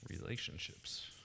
relationships